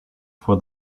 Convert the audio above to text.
for